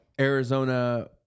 Arizona